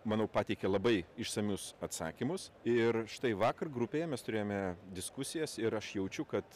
manau pateikė labai išsamius atsakymus ir štai vakar grupėje mes turėjome diskusijas ir aš jaučiu kad